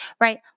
right